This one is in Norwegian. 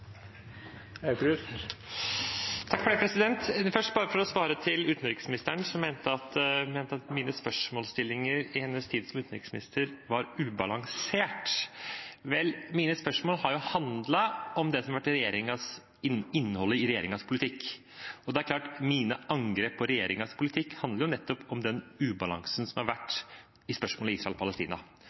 Først, for å svare utenriksministeren, som mente at mine spørsmål stilt til henne, i hennes tid som utenriksminister, var ubalanserte: Mine spørsmål har handlet om det som har vært innholdet i regjeringens politikk. Det er klart at mine angrep på regjeringens politikk handler nettopp om den ubalansen som har vært i spørsmålet om Israel og Palestina.